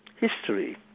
history